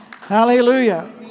hallelujah